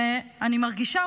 אני מרגישה,